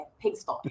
pigsty